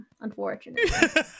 unfortunately